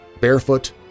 barefoot